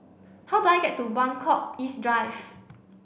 how do I get to Buangkok East Drive